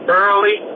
early